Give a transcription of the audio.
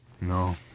No